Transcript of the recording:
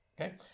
okay